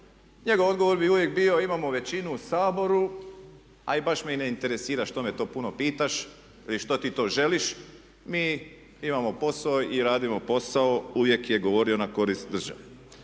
Njegov odgovor bi uvijek bio imamo većinu u Saboru, a i baš me ne interesira što me to puno pitaš ili što ti to želiš. Mi imamo posao i radimo posao, uvijek je govorio na korist države.